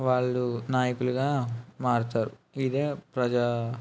వాళ్ళు నాయకులుగా మారుతారు ఇదే ప్రజా